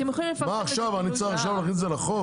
מה עכשיו אני צריך להכניס את זה לחוק?